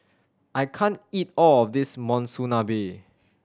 I can't eat all of this Monsunabe